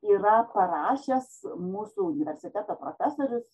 yra parašęs mūsų universiteto profesorius